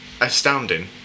astounding